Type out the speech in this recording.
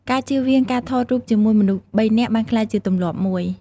ការជៀសវាងការថតរូបជាមួយមនុស្សបីនាក់បានក្លាយជាទម្លាប់មួយ។